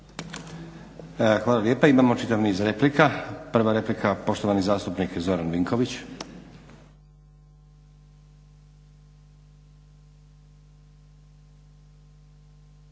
Hvala lijepa. Imamo čitav niz replika. Prva replika, poštovani zastupnik Zoran Vinković.